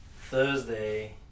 Thursday